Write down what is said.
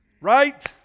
Right